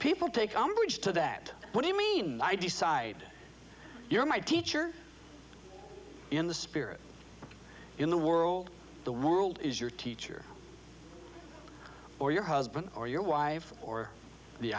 people take umbrage to that what do you mean i decide you're my teacher in the spirit in the world the world is your teacher or your husband or your wife or the